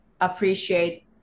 appreciate